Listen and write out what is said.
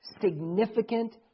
significant